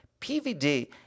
PVD